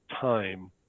time